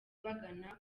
bagana